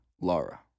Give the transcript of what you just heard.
Laura